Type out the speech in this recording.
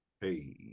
hey